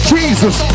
Jesus